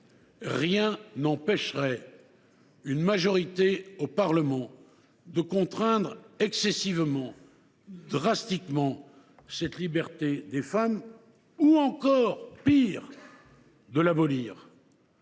rien n’empêcherait une majorité, au Parlement, de contraindre excessivement, drastiquement, cette liberté des femmes ou, pis encore, de l’abolir.